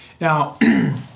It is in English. Now